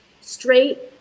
straight